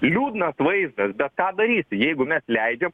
liūdnas vaizdas bet ką daryti jeigu mes leidžiam